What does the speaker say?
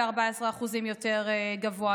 14% יותר גבוה,